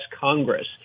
congress